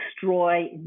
destroy